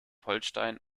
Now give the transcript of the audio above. holstein